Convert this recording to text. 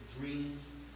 dreams